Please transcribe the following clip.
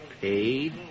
paid